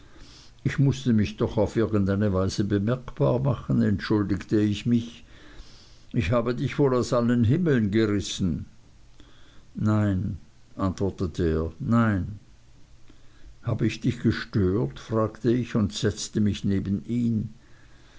ich mußte mich doch auf irgend eine weise bemerkbar machen entschuldigte ich mich ich habe dich wohl aus allen himmeln gerissen nein antwortete er nein habe ich dich gestört fragte ich und setzte mich neben ihn